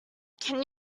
can